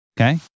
Okay